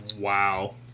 Wow